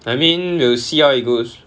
I mean we'll see how it goes